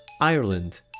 Ireland